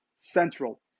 central